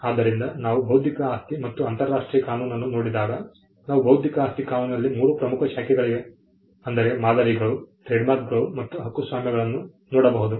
ಆದ್ದರಿಂದ ನಾವು ಬೌದ್ಧಿಕ ಆಸ್ತಿ ಮತ್ತು ಅಂತರರಾಷ್ಟ್ರೀಯ ಕಾನೂನನ್ನು ನೋಡಿದಾಗ ನಾವು ಬೌದ್ಧಿಕ ಆಸ್ತಿ ಕಾನೂನಿನಲ್ಲಿ 3 ಪ್ರಮುಖ ಶಾಖೆಗಳಿವೆ ಅಂದರೆ ಮಾದರಿಗಳು ಟ್ರೇಡ್ಮಾರ್ಕ್ಗಳು ಮತ್ತು ಹಕ್ಕುಸ್ವಾಮ್ಯಗಳನ್ನು ನೋಡಬಹುದು